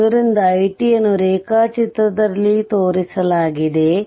ಆದ್ದರಿಂದ it ಯನ್ನು ರೇಖಾ ಚಿತ್ರದಲ್ಲಿ ತೋರಿಸಲಾಗಿದೆ